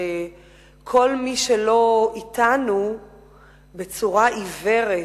שכל מי שלא אתנו בצורה עיוורת,